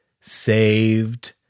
saved